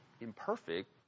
imperfect